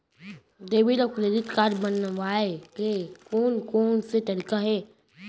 Debit अऊ credit card बनवाए के कोन कोन से तरीका हे?